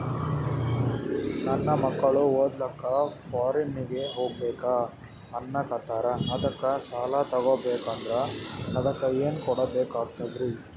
ನನ್ನ ಮಕ್ಕಳು ಓದ್ಲಕ್ಕ ಫಾರಿನ್ನಿಗೆ ಹೋಗ್ಬಕ ಅನ್ನಕತ್ತರ, ಅದಕ್ಕ ಸಾಲ ತೊಗೊಬಕಂದ್ರ ಅದಕ್ಕ ಏನ್ ಕೊಡಬೇಕಾಗ್ತದ್ರಿ?